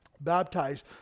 baptized